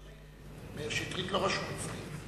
מאיר שטרית לא רשום אצלי.